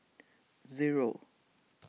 zero